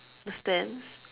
the stands